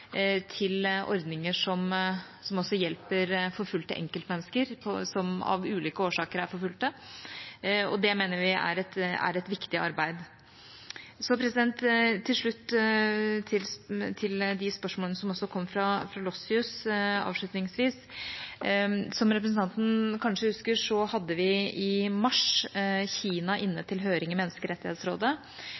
til ordninger som hjelper enkeltmennesker som av ulike årsaker er forfulgte. Det mener vi er et viktig arbeid. Til slutt til de spørsmålene som kom fra representanten Gleditsch Lossius: Som representanten kanskje husker, hadde vi i mars Kina inne til høring i Menneskerettighetsrådet.